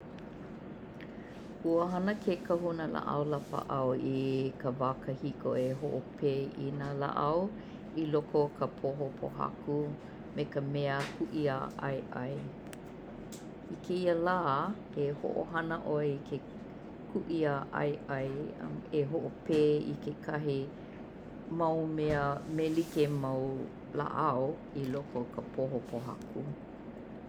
Ua hana ke kahuna laʻau lapaʻau i ka wā kahiko e hoʻopē i nā laʻau i loko o ka poho pōhaku me ka mea kuʻi āʻaeʻae. I kēia lā, e hoʻohana ʻoe i ke kuʻi ā ʻaeʻae e hoʻopē i kekahi mau mea me like mau laʻau i loko o ka poho pōhaku.